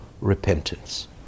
repentance